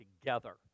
together